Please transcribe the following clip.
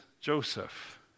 Joseph